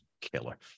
killer